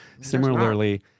Similarly